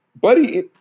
Buddy